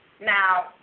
Now